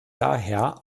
daher